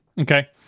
Okay